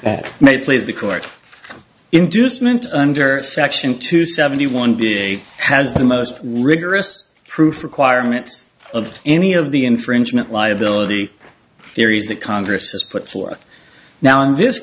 may please the court inducement under section two seventy one day has the most rigorous proof requirements of any of the infringement liability theories that congress has put forth now in this